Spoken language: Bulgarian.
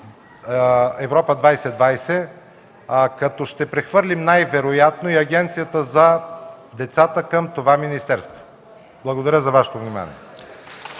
„Европа 2020”, като ще прехвърлим най-вероятно и Агенцията за децата към това министерство. Благодаря за Вашето внимание.